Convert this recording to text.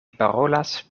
parolas